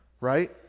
Right